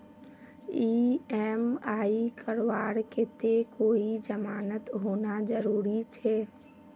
EMI करवार केते कोई जमानत होना जरूरी छे?